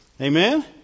Amen